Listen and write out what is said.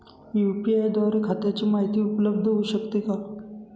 UPI द्वारे खात्याची माहिती उपलब्ध होऊ शकते का?